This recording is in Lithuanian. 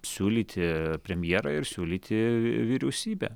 siūlyti premjerą ir siūlyti vyriausybę